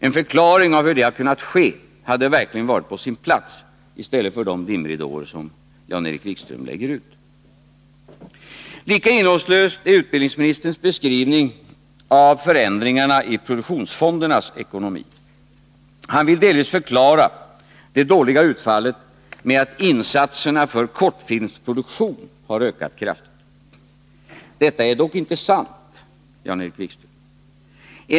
En förklaring av hur det har kunnat ske hade verkligen varit på sin plats i stället för de dimridåer som Jan-Erik Wikström lägger ut. Lika innehållslös är utbildningsministerns beskrivning av förändringarna av produktionsfondernas ekonomi. Han vill delvis förklara det dåliga utfallet med att insatserna för kortfilmsproduktior: har ökat kraftigt. Detta är dock inte sant, Jan-Erik Wikström.